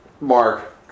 mark